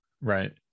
Right